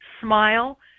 smile